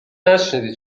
نشنیدی